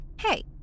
Hey